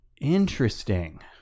Interesting